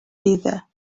either